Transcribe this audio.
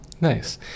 Nice